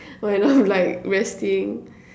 when I'm like resting